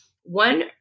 one